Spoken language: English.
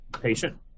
patient